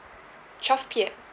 twelve P_M